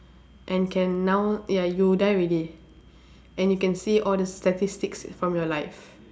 and can now ya you die already and you can see all the statistics from your life